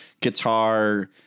guitar